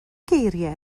geiriau